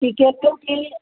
ਠੀਕ ਹੈ ਕਿਉੰਕਿ